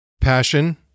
Passion